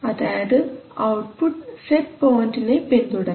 അതായത് output set പോയിൻറ്നെ പിന്തുടരണം